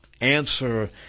answer